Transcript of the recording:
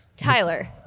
Tyler